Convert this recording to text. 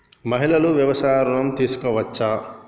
మహిళలు వ్యవసాయ ఋణం తీసుకోవచ్చా?